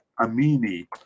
amini